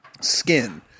skin